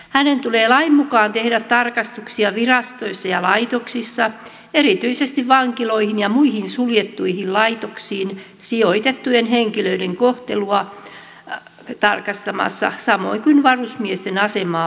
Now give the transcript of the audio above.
hänen tulee lain mukaan tehdä tarkastuksia virastoissa ja laitoksissa erityisesti vankiloihin ja muihin suljettuihin laitoksiin sijoitettujen henkilöiden kohtelua tarkastamassa samoin kuin varusmiesten asemaa varuskunnissa